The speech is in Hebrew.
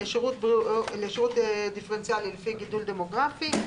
לשירות דיפרנציאלי לפי גידול דמוגרפי,